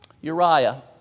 Uriah